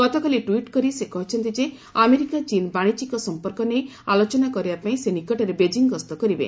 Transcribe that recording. ଗତକାଲି ଟ୍ୱିଟ୍ କରି ସେ କହିଛନ୍ତି ଯେ ଆମେରିକା ଚୀନ୍ ବାଶିଜ୍ୟିକ ସଂପର୍କ ନେଇ ଆଲୋଚନା କରିବା ପାଇଁ ସେ ନିକଟରେ ବେଜିଂ ଗସ୍ତ କରିବେ